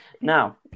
Now